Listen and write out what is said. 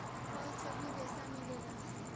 फल से भी रेसा मिलेला